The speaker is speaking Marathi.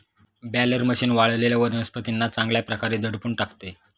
बॅलर मशीन वाळलेल्या वनस्पतींना चांगल्या प्रकारे दडपून टाकते